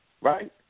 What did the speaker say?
right